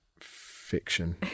Fiction